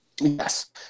Yes